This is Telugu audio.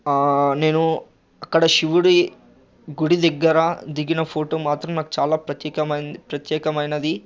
నేను అక్కడ శివుడి గుడి దగ్గర దిగిన ఫొటో మాత్రం నాకు చాలా ప్రత్యేకమైంది ప్రత్యేకమయినది